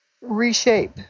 reshape